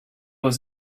was